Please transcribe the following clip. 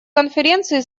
конференции